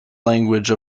language